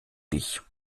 dich